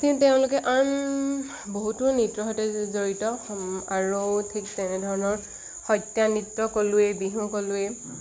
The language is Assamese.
কিন্তু তেওঁলোকে আন বহুতো নৃত্যৰ সৈতে জড়িত আৰু ঠিক তেনেধৰণৰ সত্ৰীয়া নৃত্য ক'লোৱে বিহু ক'লোৱে